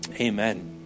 Amen